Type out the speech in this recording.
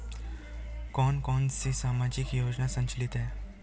कौन कौनसी सामाजिक योजनाएँ संचालित है?